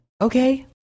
okay